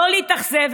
לא להתאכזב,